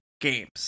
games